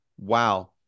wow